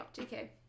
Okay